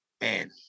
man